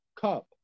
Cup